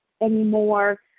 anymore